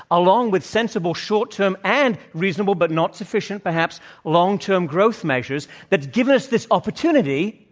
along with sensible short-term and reasonable but not sufficient, perhaps long-term growth measures that's given us this opportunity